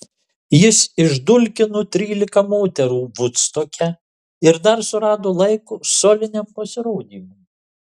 jis išdulkino trylika moterų vudstoke ir dar surado laiko soliniam pasirodymui